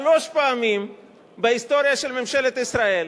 שלוש פעמים בהיסטוריה של ממשלת ישראל,